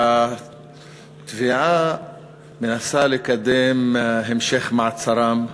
התביעה מנסה לקדם המשך מעצרם,